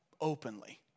openly